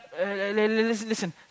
Listen